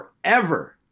forever